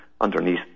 underneath